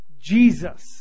Jesus